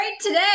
today